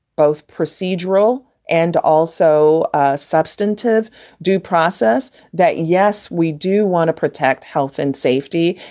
both procedural and also substantive due process that, yes, we do want to protect health and safety.